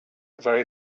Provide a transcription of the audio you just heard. very